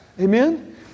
Amen